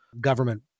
government